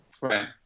Right